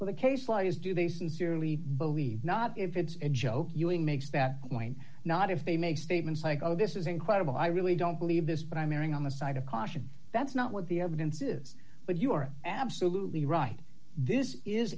but the case law is do they sincerely believe not if it's a joke using makes that point not if they make statements like oh this is incredible i really don't believe this but i'm erring on the side of caution that's not what the evidence is but you are absolutely right this is